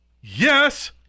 Yes